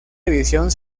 edición